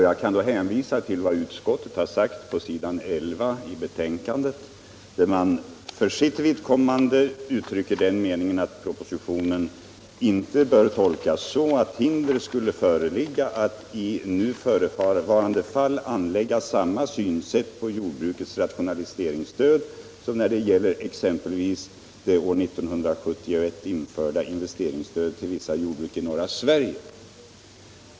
Jag kan då hänvisa till vad utskottet har sagt på s. 11 i betänkandet, där man för sitt vidkommande uttrycker meningen att propositionen inte bör ”tolkas så, att hinder skulle föreligga att i nu förevarande fall anlägga samma synsätt på jordbrukets rationaliseringsstöd som när det gäller exempelvis det år 1971 införda investeringsstödet till vissa jordbruk i norra Sverige”.